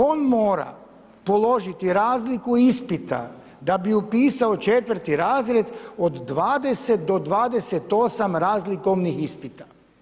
On mora položiti razliku ispita da bi upisao četvrti razred od 20 do 28 razlikovnih ispita.